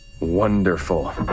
Wonderful